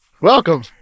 Welcome